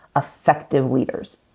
effective leaders.